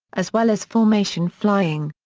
as well as formation flying.